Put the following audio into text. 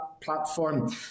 platform